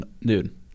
Dude